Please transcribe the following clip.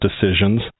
decisions